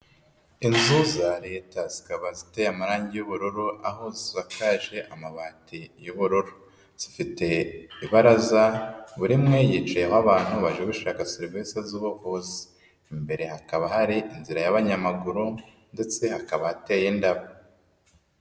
Inzu za Leta zikaba ziteye amarangi y'ubururu aho zisakaje amabati y'ubururu, zifite ibaraza buri imwe yicayeho abantu baje bashaka serivisi z'ubuvuzi, imbere hakaba hari inzira y'abanyamaguru ndetse hakaba hateye indabo.